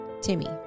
Timmy